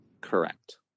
Correct